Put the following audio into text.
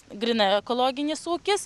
grynai ekologinis ūkis